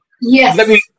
Yes